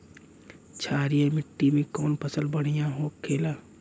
क्षारीय मिट्टी में कौन फसल बढ़ियां हो खेला?